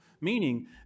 Meaning